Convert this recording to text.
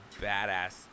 badass